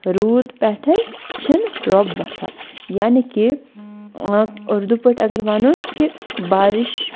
روٗد پٮ۪ٹھَے چھِنہٕ رَب وۄتھان یعنی کہِ اُردو پٲٹھۍ اَگر وَنو أسۍ کہِ بارِش